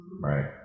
Right